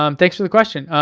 um thanks for the question.